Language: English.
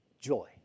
joy